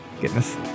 Goodness